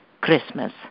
Christmas